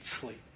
sleep